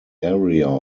area